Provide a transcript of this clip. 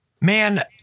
Man